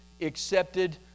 accepted